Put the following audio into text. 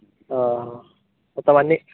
మొత్తం అన్ని